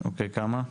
כמה?